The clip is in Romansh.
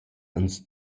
ans